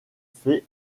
fait